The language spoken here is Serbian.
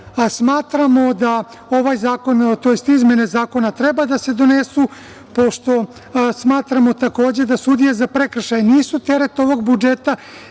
a smatramo da ove izmene zakona treba da se donesu pošto smatramo takođe da sudije za prekršaje nisu teret ovog budžeta